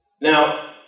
Now